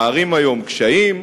מערים היום קשיים,